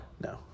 No